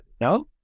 no